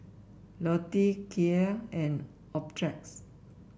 Lotte Kia and Optrex